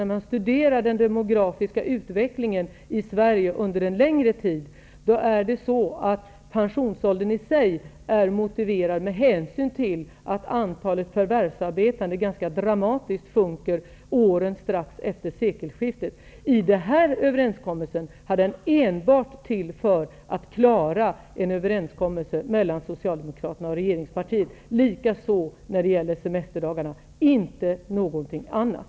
När man studerar den demografiska utvecklingen i Sverige för en längre tid, motiveras pensionsåldern med hänsyn till att antalet förvärvsarbetande sjunker ganska dramatiskt åren strax efter sekelskiftet. Här är den enbart till för att klara en överenskommelse mellan Socialdemokraterna och regeringspartierna. Detsamma gäller för semesterdagarna -- och ingenting annat.